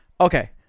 Okay